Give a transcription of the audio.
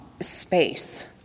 space